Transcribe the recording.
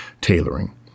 tailoring